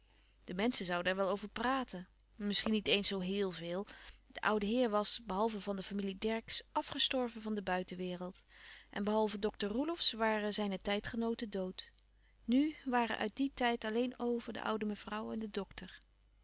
de menschen zouden er wel over praten misschien niet eens zoo héél veel de oude heer was behalve van de familie dercksz afgestorven van de buitenwereld en behalve dokter roelofsz waren zijne tijdgenooten dood nu waren uit dien tijd alleen over de oude mevrouw en de dokter